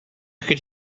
could